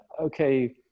okay